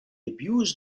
abused